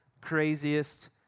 craziest